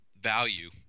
value